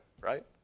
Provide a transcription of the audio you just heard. right